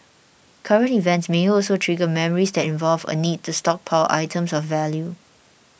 current events may also trigger memories that involve a need to stockpile items of value